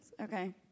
okay